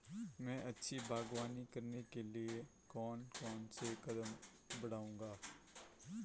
मैं अच्छी बागवानी करने के लिए कौन कौन से कदम बढ़ाऊंगा?